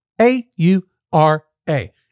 A-U-R-A